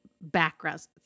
backgrounds